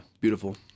Beautiful